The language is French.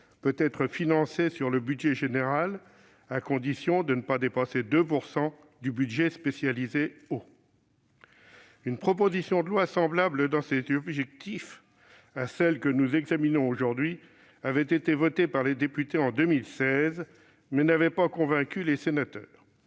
peut-être financée sur le budget général, à condition de ne pas dépasser 2 % du budget spécialisé « eau ». Une proposition de loi semblable dans ses objectifs à celle que nous examinons aujourd'hui avait été votée par les députés en 2016, mais elle n'avait pas convaincu les sénateurs.